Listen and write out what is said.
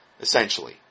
essentially